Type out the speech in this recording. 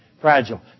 fragile